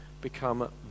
become